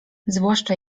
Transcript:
zwłaszcza